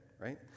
right